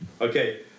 okay